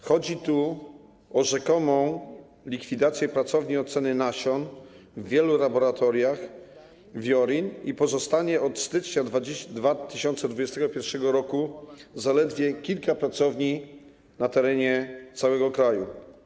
Chodzi tu o rzekomą likwidację pracowni oceny nasion w wielu laboratoriach WIORiN i pozostawienie od stycznia 2021 r. zaledwie kilku pracowni na terenie całego kraju.